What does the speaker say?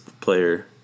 player